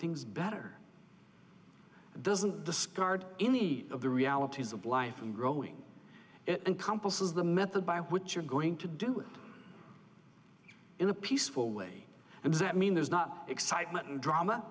things better doesn't discard any of the realities of life and growing it encompasses the method by which you're going to do it in a peaceful way and that mean there's not excitement and drama